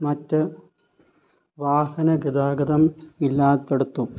മറ്റ് വാഹനഗതാഗതം ഇല്ലാത്തിടത്തും